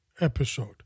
episode